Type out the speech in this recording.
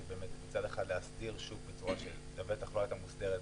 מצד אחד באמת להסדיר שוק בצורה שלבטח לא הייתה מוסדרת